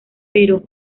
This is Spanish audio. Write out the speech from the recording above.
pero